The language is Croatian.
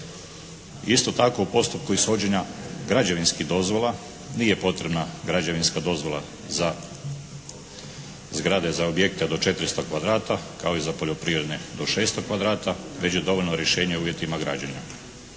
Isto tako u postupku ishođenja građevinskih dozvola nije potrebna građevinska dozvola za zgrade, za objekte do 400 kvadrata kao i za poljoprivredne do 600 kvadrata već je dovoljno rješenje o uvjetima građenja.